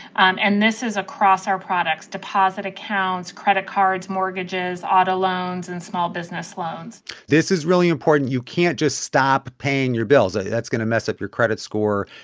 and and this is across our products deposit accounts, credit cards, mortgages, auto loans and small business loans this is really important. you can't just stop paying your bills. that's going to mess up your credit score.